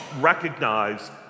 recognize